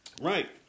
Right